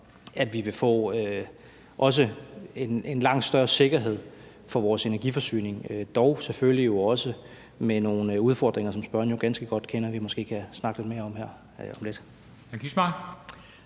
at vi også vil få en langt større sikkerhed for vores energiforsyning, dog selvfølgelig også med nogle udfordringer, som spørgeren jo kender ganske godt til, og som vi måske kan snakke lidt mere om her om lidt.